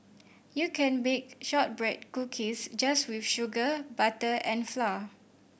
you can bake shortbread cookies just with sugar butter and flour